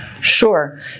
Sure